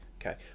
okay